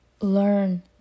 learn